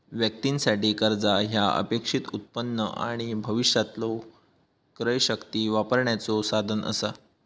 व्यक्तीं साठी, कर्जा ह्या अपेक्षित उत्पन्न आणि भविष्यातलो क्रयशक्ती वापरण्याचो साधन असा